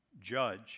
judge